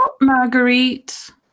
Marguerite